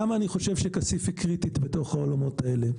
למה אני חושב שכסיף היא קריטית בתוך העולמות האלה?